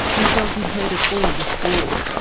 he felt he'd heard it all before.